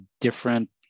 different